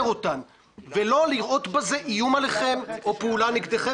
אותן ולא לראות בזה איום עליכם או פעולה נגדכם.